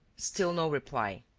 still no reply.